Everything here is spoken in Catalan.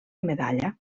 medalla